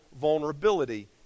vulnerability